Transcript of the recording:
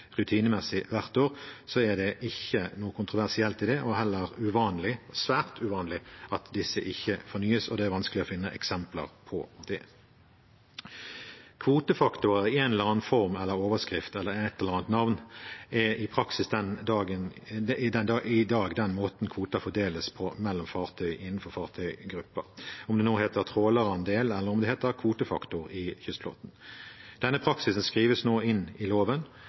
rutinemessig hvert år, er det ikke noe kontroversielt i det. Det er heller uvanlig, svært uvanlig, at disse ikke fornyes, og det er vanskelig å finne eksempler på det. Kvotefaktorer i en eller annen form eller overskrift eller et eller annet navn er i praksis i dag den måten kvoter fordeles på mellom fartøy, innenfor fartøygrupper – om det nå heter trålerandel, eller om det heter kvotefaktor i kystflåten. Denne praksisen skrives nå inn i loven.